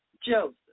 Joseph